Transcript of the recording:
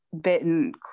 bitten